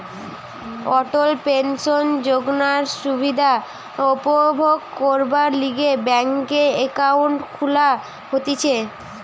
অটল pension যোজনার সুবিধা উপভোগ করবার লিগে ব্যাংকে একাউন্ট খুলা হতিছে